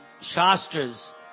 Shastras